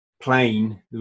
plane